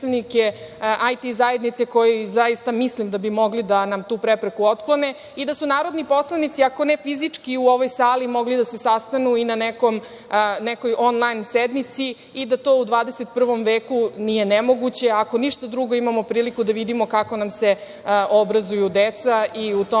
IT zajednice koji bi mogli tu prepreku da otklone i da su narodni poslanici, ako ne fizički u ovoj sali, mogli da se sastanu i na nekoj onlajn sednici i da to u 21. veku nije nemoguće. Ako ništa drugo, imamo priliku da vidimo kako nam se obrazuju deca i u tom